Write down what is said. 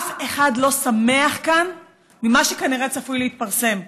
אף אחד לא שמח כאן ממה שכנראה צפוי להתפרסם.